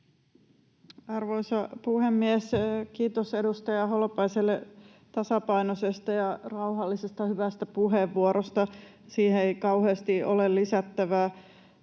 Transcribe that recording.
Arvoisa puhemies! Kiitos edustaja Holopaiselle tasapainoisesta ja rauhallisesta, hyvästä puheenvuorosta — siihen ei kauheasti ole lisättävää.